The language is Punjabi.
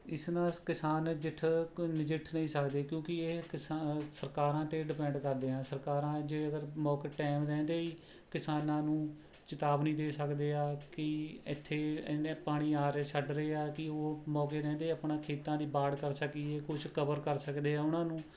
ਇਸ ਨਾਲ ਕਿਸਾਨ ਜਿੱਠ ਕੋਈ ਨਜਿੱਠ ਨਹੀਂ ਸਕਦੇ ਕਿਉਂਕਿ ਇਹ ਕਿਸਾ ਅ ਸਰਕਾਰਾਂ 'ਤੇ ਡਿਪੈਂਡ ਕਰਦੇ ਆ ਸਰਕਾਰਾਂ ਜੇ ਅਗਰ ਮੌਕੇ ਟਾਈਮ ਰਹਿੰਦੇ ਹੀ ਕਿਸਾਨਾਂ ਨੂੰ ਚੇਤਾਵਨੀ ਦੇ ਸਕਦੇ ਆ ਕਿ ਇੱਥੇ ਇੰਨੇ ਪਾਣੀ ਆ ਰਹੇ ਛੱਡ ਰਹੇ ਆ ਕਿ ਉਹ ਮੌਕੇ ਰਹਿੰਦੇ ਆਪਣਾ ਖੇਤਾਂ ਦੀ ਬਾੜ ਕਰ ਸਕੀਏ ਕੁਛ ਕਵਰ ਕਰ ਸਕਦੇ ਆ ਉਹਨਾਂ ਨੂੰ